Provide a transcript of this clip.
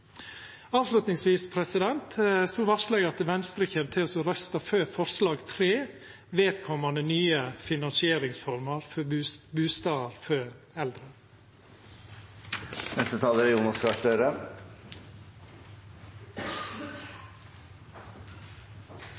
Avslutningsvis varslar eg at Venstre kjem til å røysta for forslag nr. 3, vedkomande nye finansieringsformer for